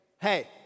hey